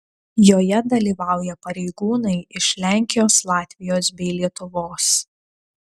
joje dalyvauja pareigūnai iš lenkijos latvijos bei lietuvos